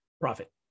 profit